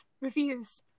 Reviews